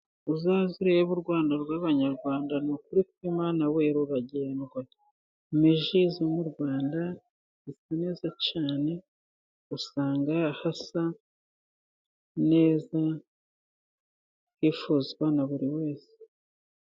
Uzaze urebe u Rwanda rw'abanyarwanda, ni ukuri kw'Imana we ruragendwa, ni ji zo mu rwanda zisa neza cyane, usanga hasa neza rwifuzwa na buri wese.